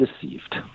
deceived